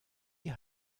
die